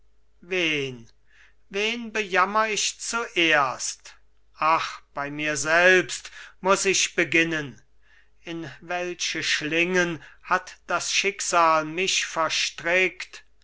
wen wen bejammr ich zuerst ach bei mir selbst muß ich beginnen in welche schlingen hat das schicksal mich verstrickt